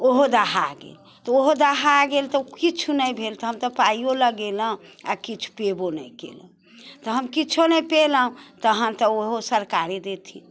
ओहो दहा गेल तऽ ओहो दहा गेल तऽ ओहो किछु नहि भेल तऽ हम तऽ पाइयो लगेलहुँ आओर किछु पेबो नहि केलहुँ तऽ हम किछो नहि पेलहुँ तहन तऽ ओहो सरकारे देथिन